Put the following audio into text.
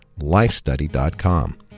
lifestudy.com